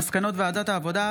מזכירות הכנסת תמסור הודעה,